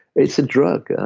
it's a drug.